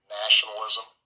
nationalism